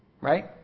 right